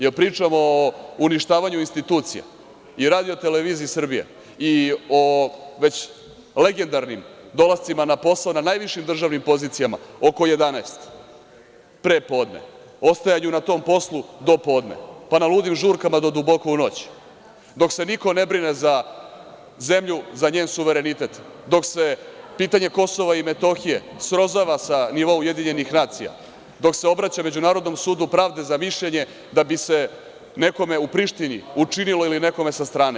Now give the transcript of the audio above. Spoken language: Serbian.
Da li pričamo o uništavanju institucija i RTS-u i o već legendarnim dolascima na posao na najvišim državnim pozicijama oko 11.00 pre podne, ostajanju na tom poslu do podne, pa na ludim žurkama do duboko u noć, dok se niko ne brine za zemlju, za njen suverenitet, dok se pitanje KiM srozava sa nivoa UN, dok se obraća Međunarodnom sudu pravde za mišljenje da bi se nekome u Prištini učinilo ili nekome sa strane?